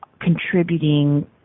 contributing